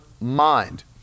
mind